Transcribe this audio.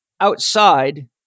outside